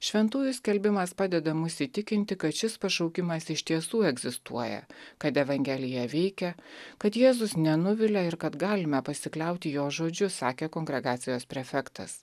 šventųjų skelbimas padeda mus įtikinti kad šis pašaukimas iš tiesų egzistuoja kad evangelija veikia kad jėzus nenuvilia ir kad galime pasikliauti jo žodžiu sakė kongregacijos prefektas